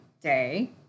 Day